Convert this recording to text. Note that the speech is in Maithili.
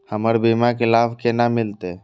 हमर बीमा के लाभ केना मिलते?